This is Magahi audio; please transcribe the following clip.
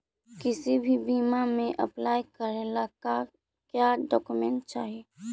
किसी भी बीमा में अप्लाई करे ला का क्या डॉक्यूमेंट चाही?